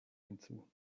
hinzu